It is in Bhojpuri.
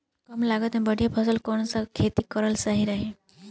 कमलागत मे बढ़िया फसल वाला कौन सा खेती करल सही रही?